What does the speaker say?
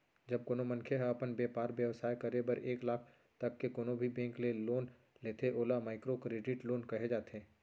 जब कोनो मनखे ह अपन बेपार बेवसाय करे बर एक लाख तक के कोनो भी बेंक ले लोन लेथे ओला माइक्रो करेडिट लोन कहे जाथे